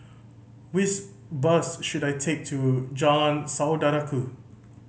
which bus should I take to Jalan Saudara Ku